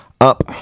up